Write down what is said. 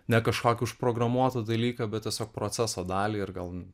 ne kažkokį užprogramuotą dalyką bet tiesiog proceso dalį ir gal